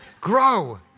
grow